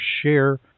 share